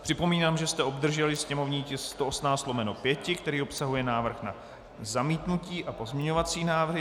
Připomínám, že jste obdrželi sněmovní tisk 118/5, který obsahuje návrh na zamítnutí a pozměňovací návrhy.